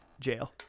jail